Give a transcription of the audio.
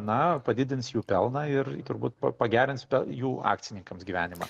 na padidins jų pelną ir turbūt pa pagerins jų akcininkams gyvenimą